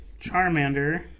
Charmander